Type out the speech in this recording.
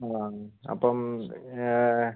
ആ അപ്പം